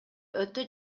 өтө